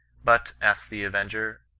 but asked the avenger,